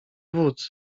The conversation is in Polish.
wódz